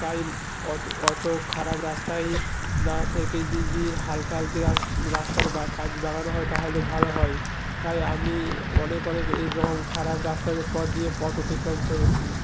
তাই অত অত খারাপ রাস্তায় না থেকে যদি হালকা হালকি রাস্তার বা কাজ বাড়ানো হয় তাহলে ভালো হয় তাই আমি অনেক অনেক এই রকম খারাপ রাস্তাতে পথ দিয়ে পথ অতিক্রম করেছি